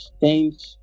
change